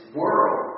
world